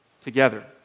Together